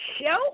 show